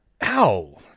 Ow